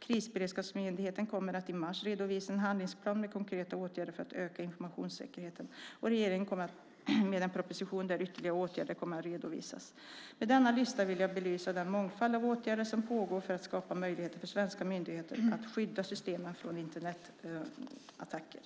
Krisberedskapsmyndigheten kommer att i mars redovisa en handlingsplan med konkreta åtgärder för att öka informationssäkerheten. Regeringen kommer med en proposition där ytterligare åtgärder kommer att redovisas. Med denna lista vill jag belysa den mångfald av åtgärder som pågår för att skapa möjligheter för svenska myndigheter att skydda IT-systemen från Internetattacker.